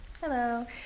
Hello